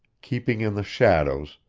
keeping in the shadows,